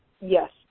Yes